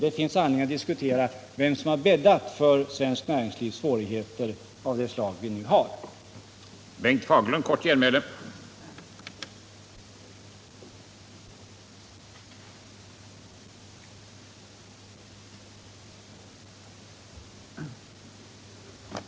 Det finns anledning att diskutera vem som har bäddat för svenskt näringslivs svårigheter av det slag vi har nu.